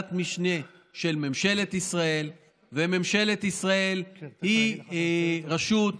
ועדת משנה של ממשלת ישראל, וממשלת ישראל היא רשות,